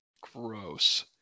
Gross